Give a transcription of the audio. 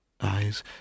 Eyes